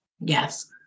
Yes